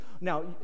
Now